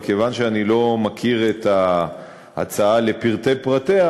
אבל כיוון שאני לא מכיר את ההצעה לפרטי פרטיה,